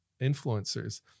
influencers